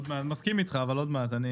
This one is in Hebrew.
מסכים איתך אבל עוד מעט.